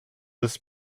des